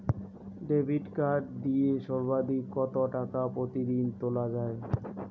Debit card দিয়ে সর্বাধিক কত টাকা প্রতিদিন তোলা য়ায়?